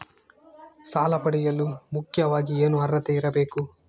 ಸಾಲ ಪಡೆಯಲು ಮುಖ್ಯವಾಗಿ ಏನು ಅರ್ಹತೆ ಇರಬೇಕು?